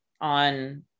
on